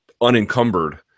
unencumbered